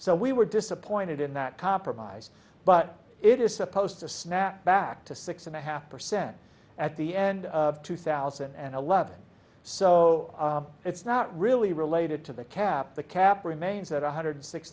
so we were disappointed in that compromise but it is supposed to snap back to six and a half percent at the end of two thousand and eleven so it's not really related to the cap the cap remains at one hundred